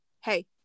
hey